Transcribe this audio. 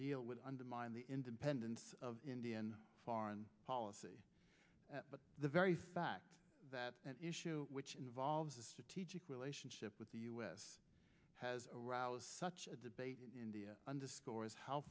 deal with undermined the independence of indian foreign policy but the very fact that an issue which involves a strategic relationship with the us has aroused such a debate in india underscores how